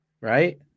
Right